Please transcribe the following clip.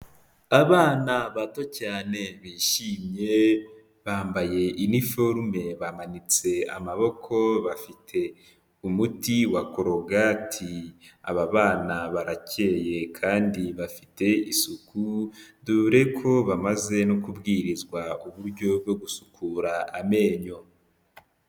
Abana bato cyane bishimye bambaye iniforume bamanitse amaboko, bafite umuti wa korogati, aba bana barakeye kandi bafite isuku, dore ko bamaze no kubwirizwa uburyo bwo gusukura amenyo.